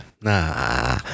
Nah